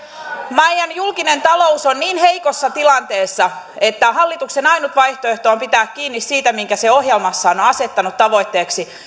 meidän julkinen taloutemme on niin heikossa tilanteessa että hallituksen ainut vaihtoehto on pitää kiinni siitä minkä se ohjelmassaan on asettanut tavoitteeksi